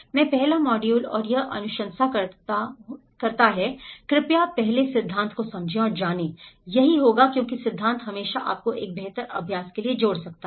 में पहला मॉड्यूल और यह अनुशंसा करता है कृपया पहले सिद्धांत को समझें और जानें यही होगा क्योंकि सिद्धांत हमेशा आपको एक बेहतर अभ्यास के लिए जोड़ सकता है